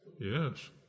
Yes